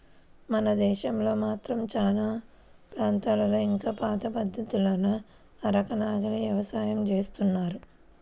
మన దేశంలో మాత్రం చానా ప్రాంతాల్లో ఇంకా పాత పద్ధతుల్లోనే అరక, నాగలి యవసాయం జేత్తన్నారు